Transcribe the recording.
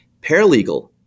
paralegal